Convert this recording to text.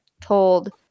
told